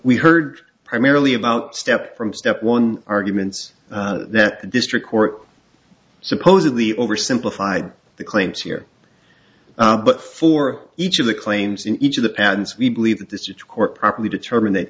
we heard primarily about step from step one arguments that the district court supposedly over simplified the claims here but for each of the claims in each of the patents we believe that this is to court properly determined that